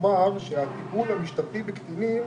ולומר שהטיפול המשטרתי בקטינים